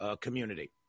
community